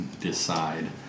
decide